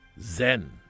Zen